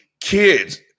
kids